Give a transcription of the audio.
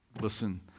listen